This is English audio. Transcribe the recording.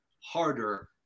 harder